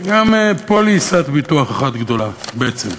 וגם פוליסת ביטוח אחת גדולה בעצם,